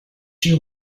you